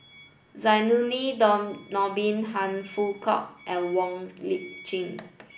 Zainudin Nordin Han Fook Kwang and Wong Lip Chin